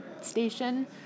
station